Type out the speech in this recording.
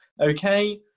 Okay